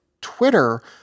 Twitter